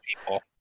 people